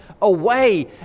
away